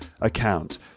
account